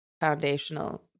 foundational